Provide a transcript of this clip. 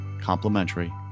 complimentary